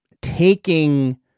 taking